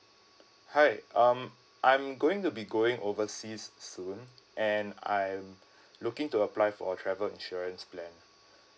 hi um I'm going to be going overseas soon and I'm looking to apply for a travel insurance plan